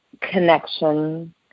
connection